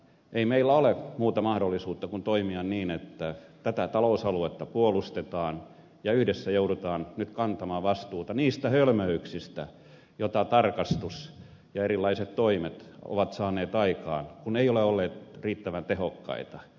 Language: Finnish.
ei meillä ole muuta mahdollisuutta kuin toimia niin että tätä talousaluetta puolustetaan ja yhdessä joudutaan nyt kantamaan vastuuta niistä hölmöyksistä joita tarkastus ja erilaiset toimet ovat saaneet aikaan kun ne eivät ole olleet riittävän tehokkaita